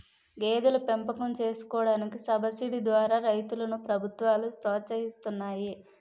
గేదెల పెంపకం చేసుకోడానికి సబసిడీ ద్వారా రైతులను ప్రభుత్వాలు ప్రోత్సహిస్తున్నాయి